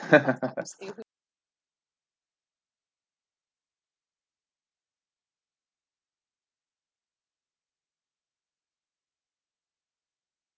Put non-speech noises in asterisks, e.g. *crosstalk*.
*laughs*